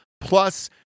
plus